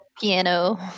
piano